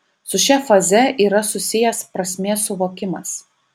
su šia faze yra susijęs prasmės suvokimas